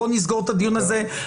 בוא נסגור את הדיון הזה.